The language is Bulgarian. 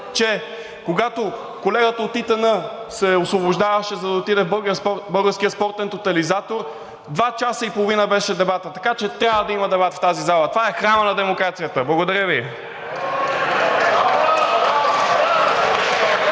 че когато колегата от ИТН се освобождаваше, за да отиде в Българския спортен тотализатор, два часа и половина беше дебатът. Така че трябва да има дебат в тази зала! Това е храмът на демокрацията! Благодаря Ви.